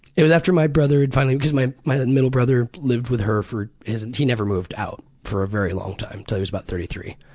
it was after my brother had finally because my my middle brother lived with her his and he never moved out for a very long time, until he was about thirty three.